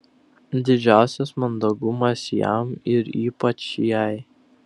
didžiausias mandagumas jam ir ypač jai